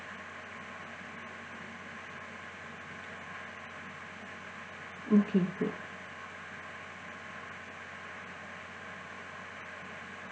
okay great